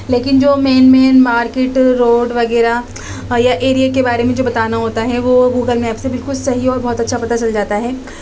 لیکن جو main main market road وغیرہ اور یا ایرئے کے بارے میں جو بتانا ہوتا ہے وہ گوگل میپ سے بالکل صحیح اور بہت اچھا پتا چل جاتا ہے